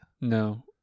No